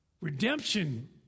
redemption